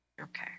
Okay